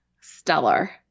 Stellar